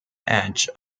edge